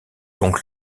donc